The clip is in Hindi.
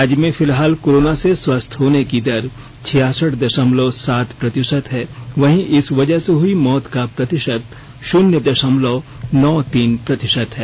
राज्य में फिलहाल कोरोना से स्वस्थ होने की दर छियासठ दशमलव सात प्रतिशत है वहीं इस वजह से हुई मौत का प्रतिशत शून्य दशमलव नौ तीन प्रतिशत है